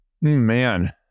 man